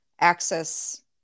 access